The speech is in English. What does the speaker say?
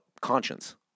conscience